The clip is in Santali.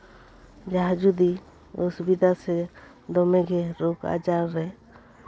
ᱡᱟᱦᱟᱸ ᱡᱩᱫᱤ ᱚᱥᱩᱵᱤᱫᱟ ᱥᱮ ᱫᱚᱢᱮ ᱜᱮ ᱨᱳᱜᱽ ᱟᱡᱟᱨ ᱨᱮ